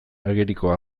ageriko